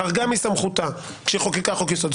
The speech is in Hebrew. חרגה מסמכותה כשהיא חוקקה חוק יסוד.